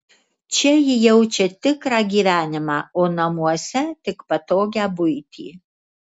čia ji jaučia tikrą gyvenimą o namuose tik patogią buitį